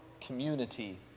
community